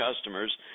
customers